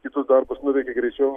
kitus darbus nuveikė greičiau